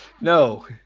No